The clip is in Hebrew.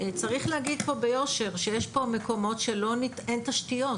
צריך להגיד פה ביושר שיש פה מקומות שאין תשתיות.